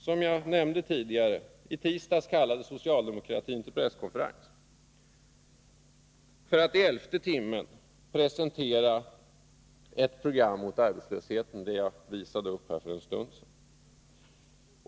Som jag nämnde tidigare kallade socialdemokraterna till presskonferens i tisdags för att i elfte timmen presentera ett program mot arbetslösheten — jag visade upp det här för en stund sedan.